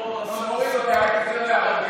לא השר סער?